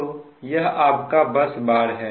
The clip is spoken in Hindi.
तो यह आपका बस बार है